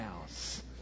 house